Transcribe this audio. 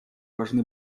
важны